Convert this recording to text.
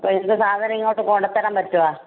അപ്പോൾ നിങ്ങൾക്ക് സാധനം ഇങ്ങോട്ട് കൊണ്ടുതരാൻ പറ്റുമോ